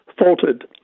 faltered